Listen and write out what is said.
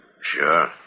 Sure